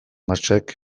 marxek